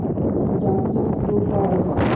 कीटाणु जनित रोग का होला?